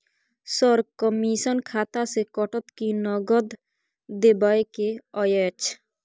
Sir, commission खाता से कटत कि नगद देबै के अएछ?